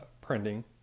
printing